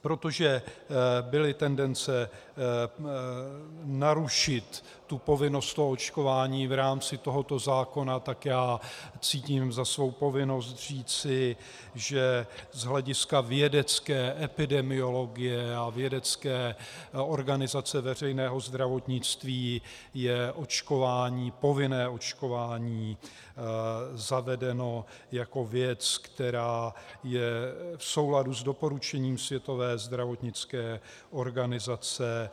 Protože byly tendence narušit povinnost očkování v rámci tohoto zákona, tak já cítím za svou povinnost říci, že z hlediska vědecké epidemiologie a vědecké organizace veřejného zdravotnictví je očkování, povinné očkování, zavedeno jako věc, která je v souladu s doporučením Světové zdravotnické organizace.